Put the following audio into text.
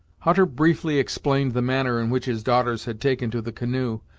hutter briefly explained the manner in which his daughters had taken to the canoe,